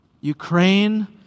Ukraine